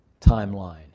timeline